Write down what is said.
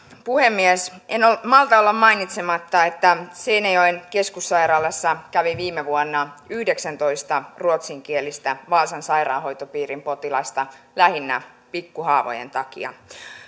puhemies en malta olla mainitsematta että seinäjoen keskussairaalassa kävi viime vuonna yhdeksäntoista ruotsinkielistä vaasan sairaanhoitopiirin potilasta lähinnä pikkuhaavojen takia